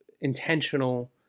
intentional